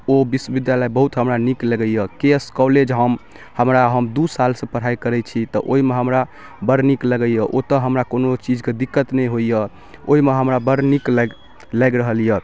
ओ विश्वविद्यालय बहुत हमरा नीक लगैए के एस कॉलेज हम हमरा हम दुइ सालसँ पढ़ाइ करै छी तऽ ओहिमे हमरा बड़ नीक लगैए ओतऽ हमरा कोनो चीजके दिक्कत नहि होइए ओहिमे हमरा बड़ नीक लागि लागि रहल अइ